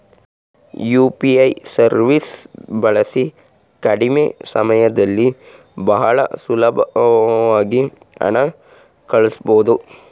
UPI ಸವೀಸ್ ಬಳಸಿ ಕಡಿಮೆ ಸಮಯದಲ್ಲಿ ಬಹಳ ಸುಲಬ್ವಾಗಿ ಹಣ ಕಳಸ್ಬೊದು